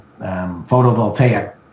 photovoltaic